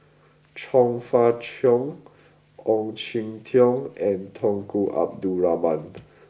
Chong Fah Cheong Ong Jin Teong and Tunku Abdul Rahman